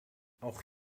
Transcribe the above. auch